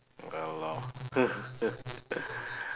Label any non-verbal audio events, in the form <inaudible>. ya lor <laughs>